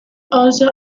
also